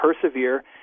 persevere